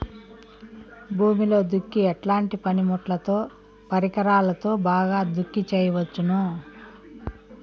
భూమిలో దుక్కి ఎట్లాంటి పనిముట్లుతో, పరికరాలతో బాగా దుక్కి చేయవచ్చున?